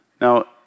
Now